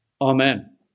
Amen